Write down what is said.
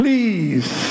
Please